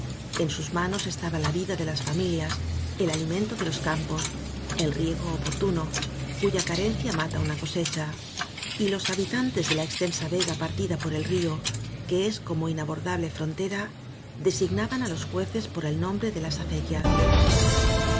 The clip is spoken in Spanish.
en sus manos estaba la vida de las familias el alimento de los campos el riego oportuno cuya carencia mata una cosecha y los habitantes de la extensa vega partida por el río que es como inabordable frontera designaban á los jueces por el nombre de las acequias